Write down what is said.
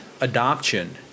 adoption